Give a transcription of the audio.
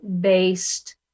based